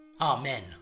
Amen